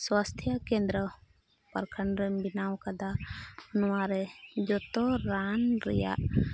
ᱥᱟᱥᱛᱷᱚ ᱠᱮᱱᱫᱨᱚ ᱯᱨᱚᱠᱷᱚᱱᱰ ᱨᱮ ᱵᱮᱱᱟᱣ ᱠᱟᱫᱟ ᱱᱚᱣᱟᱨᱮ ᱡᱚᱛᱚ ᱨᱟᱱ ᱨᱮᱭᱟᱜ